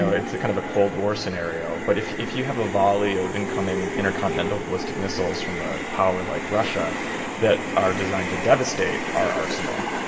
so it's a kind of a cold war scenario. but if if you have a volley of incoming intercontinental ballistic missiles from a power like russia that are designed to devastate our arsenal,